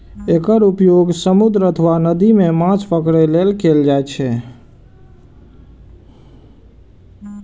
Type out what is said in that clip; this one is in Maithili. एकर उपयोग समुद्र अथवा नदी मे माछ पकड़ै लेल कैल जाइ छै